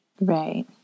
Right